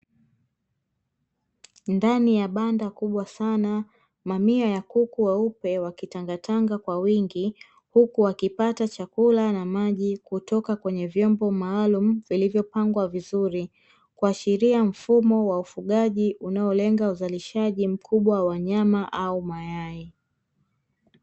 Ndani ya banda kubwa sana , mamia ya kuku weupe , wakitangatanga kwa wingi, huku wakipata chakula na maji, kutoka kwenye vyombo maalumu vilivyopangwa vizuri, kuashiria mfumo wa ufugaji, unaolenga uzalishaji mkubwa wa nyama au mayai.